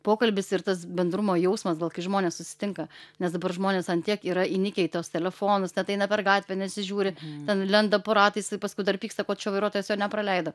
pokalbis ir tas bendrumo jausmas kai žmonės susitinka nes dabar žmonės ant tiek yra įnikę į tuos telefonus net eina per gatvę nesižiūri ten lenda po ratais ir paskui dar pyksta ko čia vairuotojas jo nepraleido